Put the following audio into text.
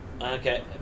okay